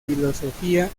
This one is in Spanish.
filosofía